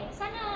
sana